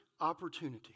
opportunity